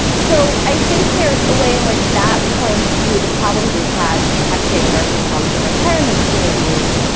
so i think there's a way in which that points to the problems we've had protecting nursing homes and retirement communities.